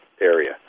area